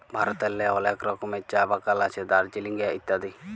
ভারতেল্লে অলেক রকমের চাঁ বাগাল আছে দার্জিলিংয়ে ইত্যাদি